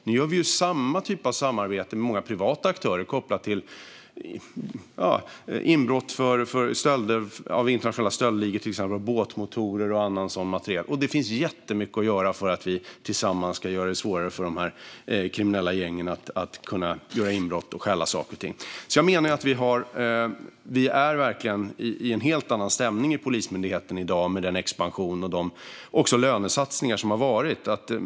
Nu gör vi samma typ av samarbete med många privata aktörer kopplat till internationella stöldligor som stjäl till exempel båtmotorer och annan sådan materiel. Det finns jättemycket att göra tillsammans för att göra det svårare för de här kriminella gängen att göra inbrott och stjäla saker och ting. Med den expansion och de lönesatsningar som har gjorts menar jag att stämningen är en helt annan i Polismyndigheten i dag.